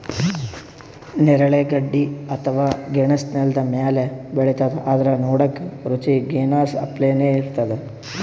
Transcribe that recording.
ನೇರಳೆ ಗಡ್ಡಿ ಅಥವಾ ಗೆಣಸ್ ನೆಲ್ದ ಮ್ಯಾಲ್ ಬೆಳಿತದ್ ಆದ್ರ್ ನೋಡಕ್ಕ್ ರುಚಿ ಗೆನಾಸ್ ಅಪ್ಲೆನೇ ಇರ್ತದ್